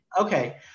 Okay